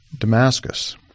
Damascus